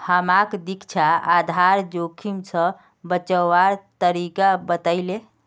हमाक दीक्षा आधार जोखिम स बचवार तरकीब बतइ ले